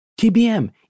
TBM